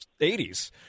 80s